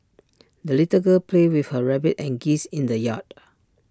the little girl played with her rabbit and geese in the yard